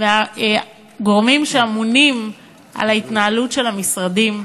של הגורמים שאמונים על ההתנהלות של המשרדים,